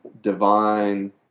divine